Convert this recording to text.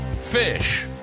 fish